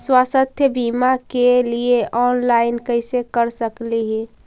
स्वास्थ्य बीमा के लिए ऑनलाइन कैसे कर सकली ही?